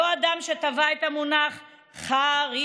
אותו אדם שטבע את המונח "חקירוקרטיה"